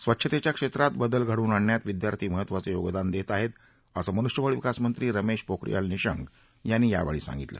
स्वच्छतेच्या क्षेत्रात बदल घडवून आणण्यात विद्यार्थी महत्त्वाचं योगदान देत आहेत असं मनृष्यबळ विकास मंत्री रमेश पोखरियाल निशंक यांनी यावेळी सांगितलं